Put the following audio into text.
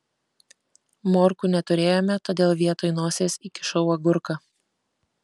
morkų neturėjome todėl vietoj nosies įkišau agurką